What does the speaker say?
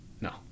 No